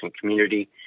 community